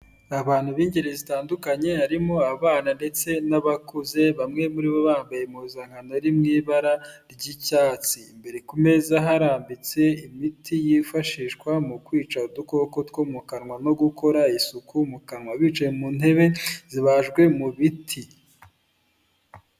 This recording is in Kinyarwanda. Abantu b'ingeri zitandukanye harimo abana ndetse n'abakuze, bamwe muri bo bambaye impuzankano iri mu ibara ry'icyatsi, imbere ku meza harambitse imiti yifashishwa mu kwica udukoko two mu kanwa, no gukora isuku mu kanwa bicaye mu ntebe zibajwe mu biti.